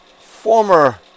former